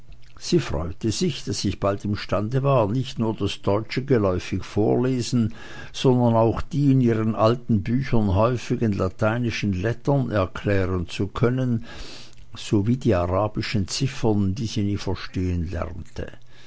sie freute sich daß ich bald imstande war nicht nur das deutsche geläufig vorlesen sondern auch die in ihren alten büchern häufigen lateinischen lettern erklären zu können sowie die arabischen zahlen die sie nie verstehen lernte